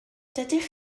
dydych